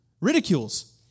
Ridicules